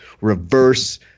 reverse